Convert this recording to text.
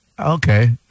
Okay